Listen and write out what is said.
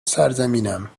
سرزمینم